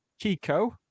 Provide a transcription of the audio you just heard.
Kiko